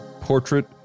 portrait